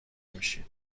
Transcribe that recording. میشید